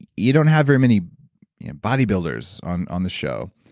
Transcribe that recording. you don't have very many bodybuilders on on the show.